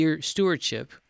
stewardship